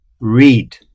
read